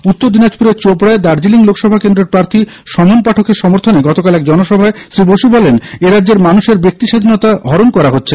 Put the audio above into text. উত্তর দিনাজপুরের চোপড়ায় দার্জিলিং লোকসভা কেন্দ্রের প্রার্থী সমন পাঠকের সমর্থনে এক জনসভায় শ্রী বসু বলেন এরাজ্যে মানুষের বস্তি স্বাধীনতা হরন করা হচ্ছে